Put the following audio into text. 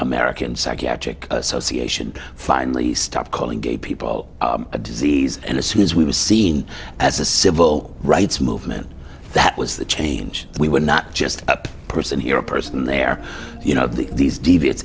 american psychiatric association finally stopped calling gay people a disease and as soon as we were seen as a civil rights movement that was the change we were not just a person here a person there you know these devi